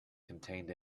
contained